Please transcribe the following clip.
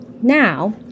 Now